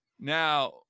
Now